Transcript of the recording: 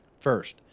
First